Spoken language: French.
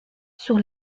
sur